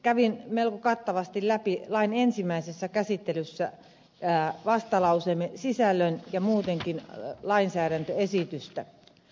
kävin melko kattavasti läpi lain ensimmäisessä käsittelyssä vastalauseemme sisällön ja muutenkin lainsäädäntöesitystä